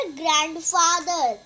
grandfather